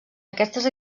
aquestes